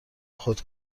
خود